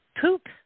poop